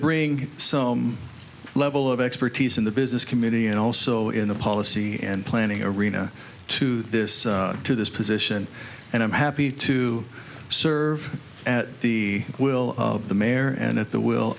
bring some level of expertise in the business community and also in the policy and planning a rina to this to this position and i'm happy to serve at the will of the mayor and at the will